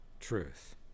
truth